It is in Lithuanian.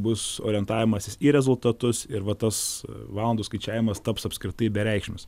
bus orientavimasis į rezultatus ir va tas valandų skaičiavimas taps apskritai bereikšmis